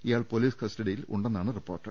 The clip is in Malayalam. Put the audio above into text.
ഇയാൾ പൊലീസ് കസ്റ്റഡിയിലുണ്ടെന്നാണ് റിപ്പോർട്ട്